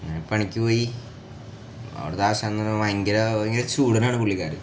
അങ്ങനെ പണിക്ക് പോയി അവിടുത്തെ ആശാൻ എന്ന് ഭയങ്കര ഭയങ്കര ചൂടനാണ് പുള്ളിക്കാരൻ